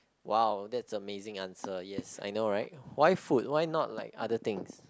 !wow! that's amazing answer yes I know right why food why not like other things